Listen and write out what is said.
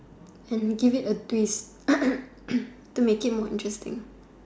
as in give it a twist to make it more interesting